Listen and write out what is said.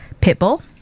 Pitbull